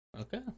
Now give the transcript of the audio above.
Okay